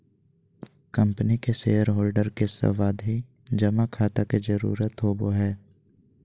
company के share holder के सावधि जमा खाता के जरूरत होवो हय